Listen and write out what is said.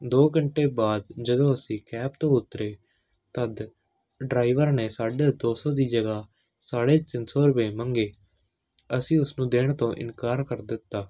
ਦੋ ਘੰਟੇ ਬਾਅਦ ਜਦੋਂ ਅਸੀਂ ਕੈਬ ਤੋਂ ਉਤਰੇ ਤਦ ਡਰਾਈਵਰ ਨੇ ਸਾਢੇ ਦੋ ਸੌ ਦੀ ਜਗ੍ਹਾ ਸਾਡੇ ਤਿੰਨ ਸੌ ਮੰਗੇ ਅਸੀਂ ਉਸ ਨੂੰ ਦੇਣ ਤੋਂ ਇਨਕਾਰ ਕਰ ਦਿੱਤਾ